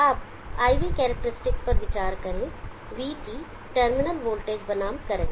अब IV characteristics पर विचार करें vt टर्मिनल वोल्टेज बनाम करंट